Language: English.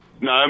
No